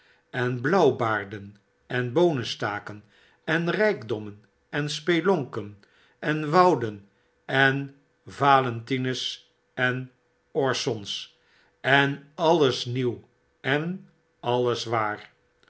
en blauw baarden en boonestaken en rykdommen en spelonken en wouden en valentines en orsons en alles nieuw en alles waar